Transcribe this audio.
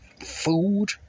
food